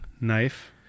knife